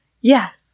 Yes